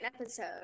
episode